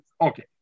Okay